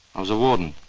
i was a warden,